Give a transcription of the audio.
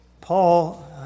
Paul